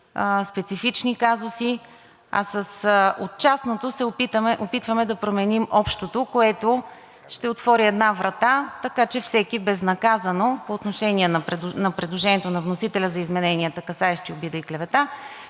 специфични казуси, а от частното се опитваме да променим общото, което ще отвори една врата, така че всеки безнаказано – по отношение на предложението на вносителя за измененията, касаещи обида и клевета,